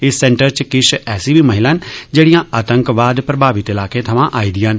इस सेंटर च किश ऐसी बी महिलां न जेहड़ियां आतंकवाद प्रभावित इलाकें थमा आई दिआं न